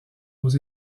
aux